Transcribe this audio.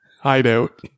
hideout